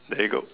there you go